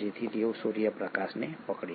જેથી તેઓ સૂર્યપ્રકાશને પકડી શકે